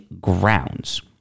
grounds